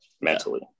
mentally